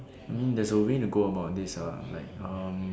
I mean that's a way to go about this ah like um